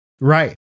Right